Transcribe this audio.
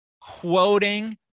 quoting